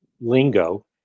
lingo